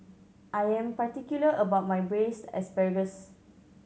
I am particular about my Braised Asparagus